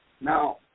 now